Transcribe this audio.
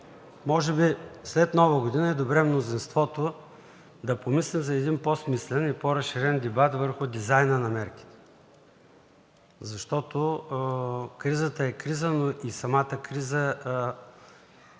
може би след Нова година е добре мнозинството да помисли за един по-смислен и по-разширен дебат върху дизайна на мерките. Защото кризата е криза, но и самата криза –